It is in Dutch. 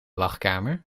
wachtkamer